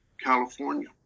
California